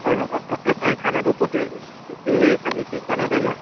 খানাটো ক'ত এই খাবি চেক বনাওঁতে নে